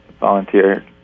volunteer